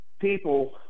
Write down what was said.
people